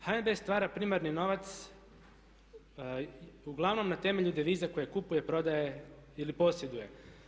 HNB stvara primarni novac uglavnom na temelju deviza koje kupuje, prodaje ili posjeduje.